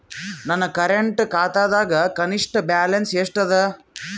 ನನ್ನ ಕರೆಂಟ್ ಖಾತಾದಾಗ ಕನಿಷ್ಠ ಬ್ಯಾಲೆನ್ಸ್ ಎಷ್ಟು ಅದ